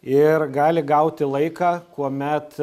ir gali gauti laiką kuomet